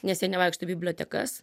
nes jie nevaikšto į bibliotekas